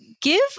give